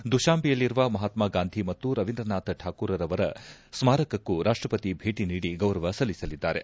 ದುಶಾಂಜೆಯಲ್ಲಿರುವ ಮಹಾತ್ಗಾಂಧಿ ಮತ್ತು ರವೀಂದ್ರನಾಥ್ ರಾಕೂರ್ರವರ ಸ್ನಾರಕಕ್ಕೂ ರಾಷ್ಲಪತಿ ಭೇಟಿ ನೀಡಿ ಗೌರವ ಸಲ್ಲಿಸಲಿದ್ದಾರೆ